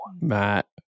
matt